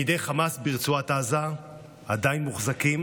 בידי חמאס ברצועת עזה עדיין מוחזקים